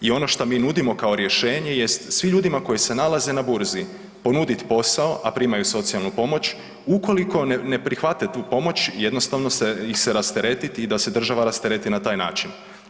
I ono što mi nudimo kao rješenje jest svim ljudima koji se nalaze na Burzi, ponuditi posao, a primaju socijalnu pomoć, ukoliko ne prihvate tu pomoć, jednostavno ih se rasteretiti i da se država rastereti na taj način.